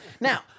Now